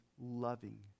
loving